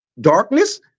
darkness